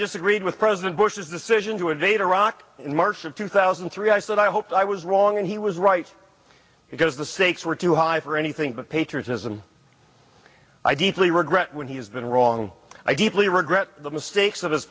disagreed with president bush's decision to invade roc in march of two thousand and three i said i hoped i was wrong and he was right because the sakes were too high for anything but patriotism i deeply regret when he has been wrong i deeply regret the mistakes of his